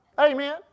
Amen